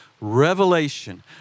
revelation